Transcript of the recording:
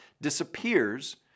disappears